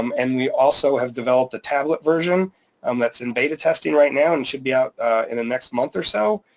um and we also have developed a tablet version um that's in beta testing right now and it should be out in the next month or so,